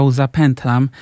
zapętlam